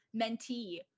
mentee